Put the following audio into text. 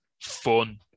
fun